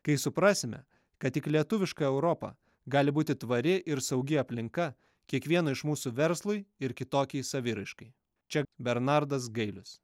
kai suprasime kad tik lietuviška europa gali būti tvari ir saugi aplinka kiekvieno iš mūsų verslui ir kitokiai saviraiškai čia bernardas gailius